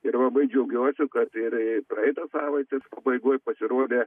ir labai džiaugiuosi kad ir praeitos savaitės pabaigoj pasirodė